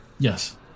Yes